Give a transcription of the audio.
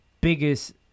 biggest